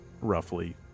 roughly